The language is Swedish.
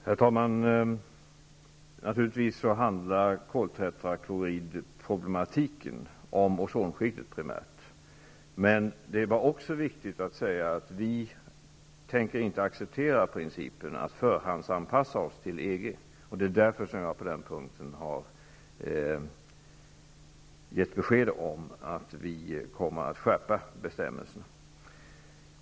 Herr talman! Naturligtvis handlar koltetrakloridproblematiken primärt om ozonskiktet. Men det är också viktigt att säga att vi inte tänker acceptera principen att förhandsanpassa oss till EG. Det är därför som jag på denna punkt har gett besked om att vi kommer att skärpa bestämmelserna.